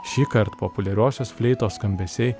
šįkart populiariosios fleitos skambesiai